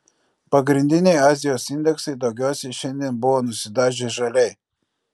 pagrindiniai azijos indeksai daugiausiai šiandien buvo nusidažę žaliai